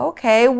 Okay